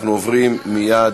אנחנו עוברים מייד,